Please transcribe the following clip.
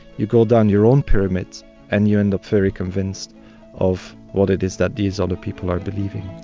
you go down your own pyramids and you end up very convinced of what it is that these other people are believing.